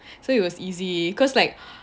so it was easy cause like